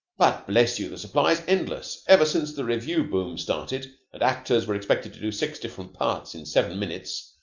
but, bless you, the supply's endless. ever since the revue boom started and actors were expected to do six different parts in seven minutes,